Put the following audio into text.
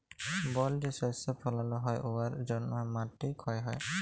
বল যে শস্য ফলাল হ্যয় উয়ার জ্যনহে মাটি ক্ষয় হ্যয়